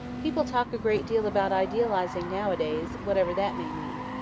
people talk a great deal about idealising now-a-days, whatever that may mean.